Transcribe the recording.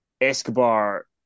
Escobar